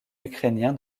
ukrainien